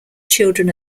children